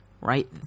right